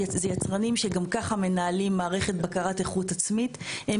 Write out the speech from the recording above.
אלה יצרנים שגם ככה מנהלים מערכת בקרת איכות עצמית.